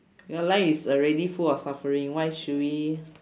your life is already full of suffering why should we